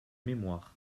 mémoires